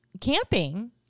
camping